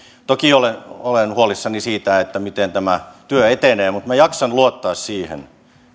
toki olen olen huolissani siitä miten tämä työ etenee mutta minä jaksan luottaa siihen